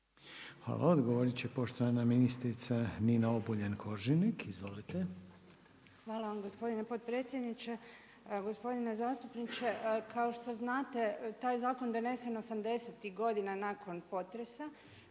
Hvala. Odgovoriti će poštovana ministrica Nina Obuljen-Koržinek. Izvolite. **Obuljen Koržinek, Nina** Hvala vam gospodine potpredsjedniče. Gospodine zastupniče, kao što znate taj zakon je donesen '80.-tih godina nakon potresa